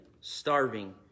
starving